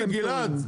אתם טועים.